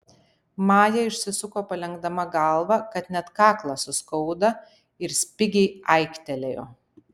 maja išsisuko palenkdama galvą kad net kaklą suskaudo ir spigiai aiktelėjo